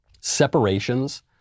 Separations